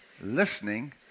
listening